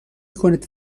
کنید